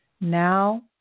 now